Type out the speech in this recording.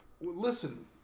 Listen